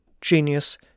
genius